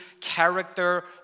character